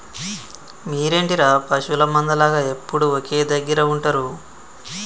మీరేంటిర పశువుల మంద లాగ ఎప్పుడు ఒకే దెగ్గర ఉంటరు